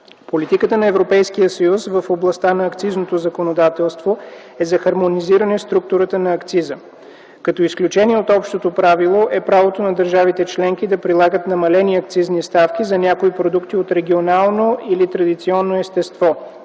Политиката на Европейския съюз в областта на акцизното законодателство е за хармонизиране структурата на акциза. Като изключение от общото правило е правото на държавите членки да прилагат намалени акцизни ставки за някои продукти от регионално или традиционно общество,